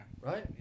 Right